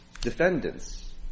Defendants